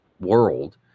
world